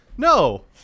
No